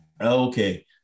Okay